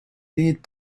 lead